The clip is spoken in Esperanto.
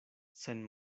sen